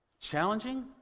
challenging